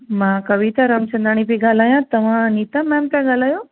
मां कविता रामचंदाणी पइ ॻाल्हायां तव्हां नीता मेम पिया ॻाल्हायो